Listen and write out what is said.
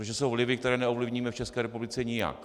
Protože jsou vlivy, které neovlivníme v České republice nijak.